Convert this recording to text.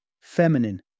feminine